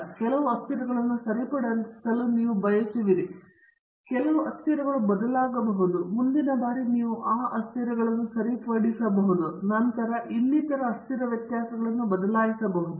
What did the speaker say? ನೀವು ಕೆಲವು ಅಸ್ಥಿರಗಳನ್ನು ಸರಿಪಡಿಸಲು ಬಯಸುವಿರಿ ಮತ್ತು ಕೆಲವು ಅಸ್ಥಿರ ಬದಲಾಗಬಹುದು ಮುಂದಿನ ಬಾರಿ ನೀವು ಆ ಅಸ್ಥಿರಗಳನ್ನು ಸರಿಪಡಿಸಬಹುದು ಮತ್ತು ನಂತರ ಇನ್ನಿತರ ಅಸ್ಥಿರ ವ್ಯತ್ಯಾಸಗಳನ್ನು ಬದಲಾಯಿಸಬಹುದು